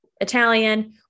Italian